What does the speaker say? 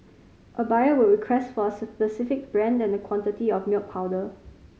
a buyer would request for a specific brand and quantity of milk powder